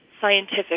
scientific